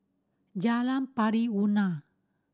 Jalan Pari Unak